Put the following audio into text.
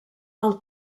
del